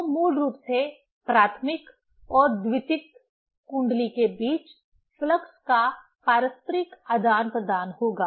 तो मूल रूप से प्राथमिक और द्वितीयक कुंडली के बीच फ्लक्स का पारस्परिक आदान प्रदान होगा